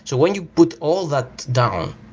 so when you put all that down,